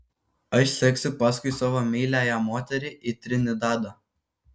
aš seksiu paskui savo meiliąją moterį į trinidadą